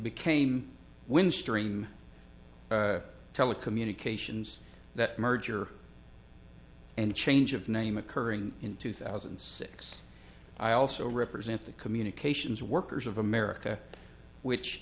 became windstream telecommunications that merger and change of name occurring in two thousand and six i also represent the communications workers of america which